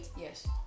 Yes